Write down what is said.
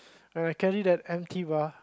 when I carry that empty bar